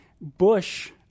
Bush